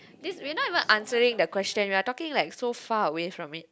this you not even answering the question you're talking like so far away from it